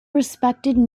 respected